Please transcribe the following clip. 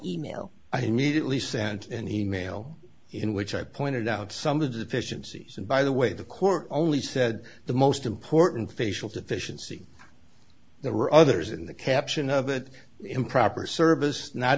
email i immediately sent an e mail in which i pointed out some of the deficiencies and by the way the court only said the most important facial deficiency there were others in the caption of it improper service not